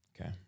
Okay